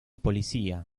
policía